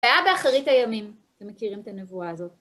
היה באחרית הימים, אתם מכירים את הנבואה הזאת.